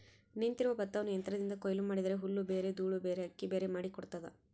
ನಿಂತಿರುವ ಭತ್ತವನ್ನು ಯಂತ್ರದಿಂದ ಕೊಯ್ಲು ಮಾಡಿದರೆ ಹುಲ್ಲುಬೇರೆ ದೂಳುಬೇರೆ ಅಕ್ಕಿಬೇರೆ ಮಾಡಿ ಕೊಡ್ತದ